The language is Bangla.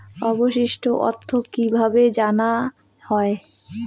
অবশিষ্ট অর্থ কিভাবে জানা হয়?